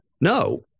No